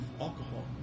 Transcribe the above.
alcohol